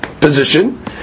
position